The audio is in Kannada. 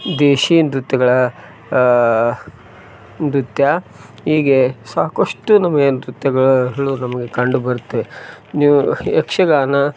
ದೇಶಿ ನೃತ್ಯಗಳ ನೃತ್ಯ ಹೀಗೆ ಸಾಕಷ್ಟು ನಮಗೆ ನೃತ್ಯಗಳು ನಮಗೆ ಕಂಡು ಬರುತ್ತವೆ ನೀವು ಯಕ್ಷಗಾನ